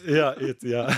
jo it jo